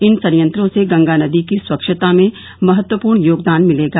इन संयंत्रों से गंगा नदी की स्वच्छता में महत्वपूर्ण योगदान मिलेगा